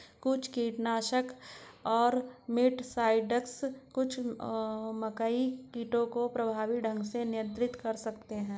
कुछ कीटनाशक और मिटसाइड्स कुछ मकई कीटों को प्रभावी ढंग से नियंत्रित कर सकते हैं